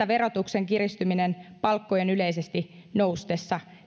verotuksen kiristyminen palkkojen yleisesti noustessa